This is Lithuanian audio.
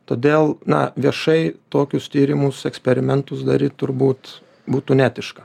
todėl na viešai tokius tyrimus eksperimentus daryt turbūt būtų neetiška